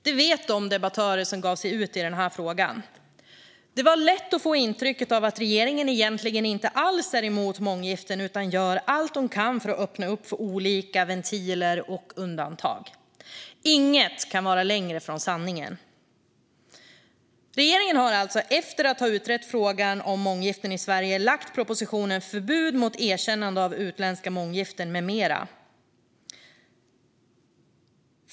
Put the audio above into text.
Det vet de debattörer som gav sig in i den här frågan. Det var lätt att få intrycket att regeringen egentligen inte alls är emot månggiften utan gör allt den kan för att öppna upp för olika ventiler och undantag. Inget kan vara längre från sanningen. Regeringen har alltså efter att ha utrett frågan om månggiften i Sverige lagt fram propositionen Förbud mot erkännande av utländska månggiften m.m.